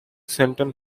cohen